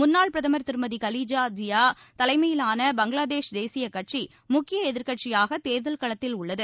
முன்னாள் பிரதமர் திருமதி கலிதா ஜியா தலைமையிலான பங்களாதேஷ் தேசிய ககட்சி முக்கிய எதிர்கட்சியாக தேர்தல் களத்தில் உள்ளது